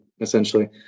essentially